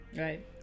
right